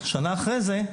שנה אחרי זה,